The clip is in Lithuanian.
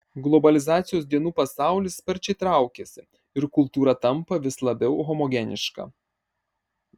globalizacijos dienų pasaulis sparčiai traukiasi ir kultūra tampa vis labiau homogeniška